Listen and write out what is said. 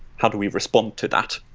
how do we respond to that?